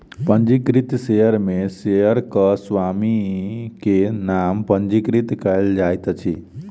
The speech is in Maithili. पंजीकृत शेयर में शेयरक स्वामी के नाम पंजीकृत कयल जाइत अछि